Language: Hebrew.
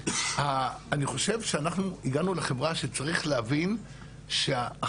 אני חושב שאנחנו הגענו לחברה שצריך להבין שהאחריות